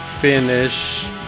finish